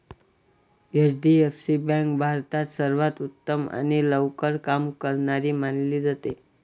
HDFC bank भारतात सर्वांत उत्तम आणि लवकर काम करणारी मानली जाते